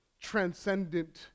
transcendent